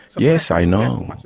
yes, i know,